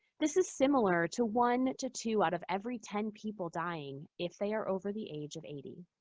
this is similar to one to two out of every ten people dying if they are over the age of eighty.